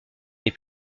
les